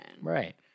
Right